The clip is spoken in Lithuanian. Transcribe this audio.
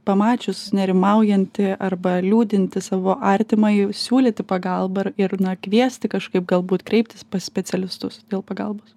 pamačius nerimaujantį arba liūdintį savo artimąjį siūlyti pagalbą ir ir na kviesti kažkaip galbūt kreiptis pas specialistus dėl pagalbos